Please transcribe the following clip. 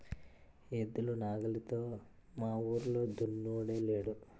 ఎద్దులు నాగలితో మావూరిలో దున్నినోడే లేడు